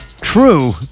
true